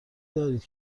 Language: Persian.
دارید